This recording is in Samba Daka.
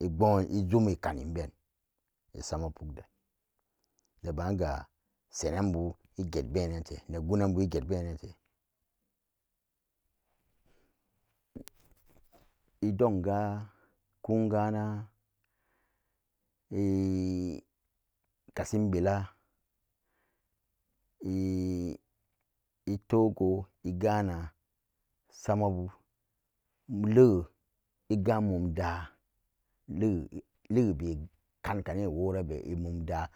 ihon ijummi kanin ben isama puk den neban gan iget benan le get benante idonga kongana ii kashinbila ii toko ii gana samabo le igammun dah lelebe negane werabe amumdan,